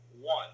one